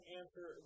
answer